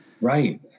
right